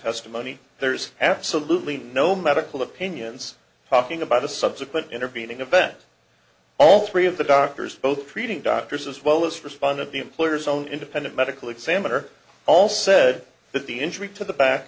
testimony there's absolutely no medical opinions talking about a subsequent intervening event all three of the doctors both treating doctors as well as respondent the employer's own independent medical examiner all said that the injury to the back